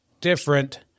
different